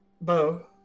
Bo